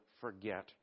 forget